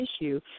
issue